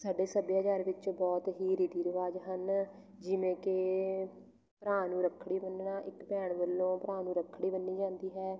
ਸਾਡੇ ਸੱਭਿਆਚਾਰ ਵਿੱਚ ਬਹੁਤ ਹੀ ਰੀਤੀ ਰਿਵਾਜ਼ ਹਨ ਜਿਵੇਂ ਕਿ ਭਰਾ ਨੂੰ ਰੱਖੜੀ ਬੰਨਣਾ ਇੱਕ ਭੈਣ ਵੱਲੋਂ ਭਰਾ ਨੂੰ ਰੱਖੜੀ ਬੰਨੀ ਜਾਂਦੀ ਹੈ